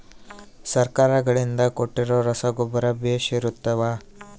ಸರ್ಕಾರಗಳಿಂದ ಕೊಟ್ಟಿರೊ ರಸಗೊಬ್ಬರ ಬೇಷ್ ಇರುತ್ತವಾ?